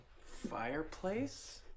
Fireplace